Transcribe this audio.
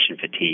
fatigue